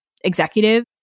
executive